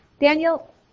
Daniel